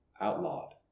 outlawed